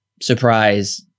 surprise